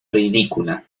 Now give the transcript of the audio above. ridícula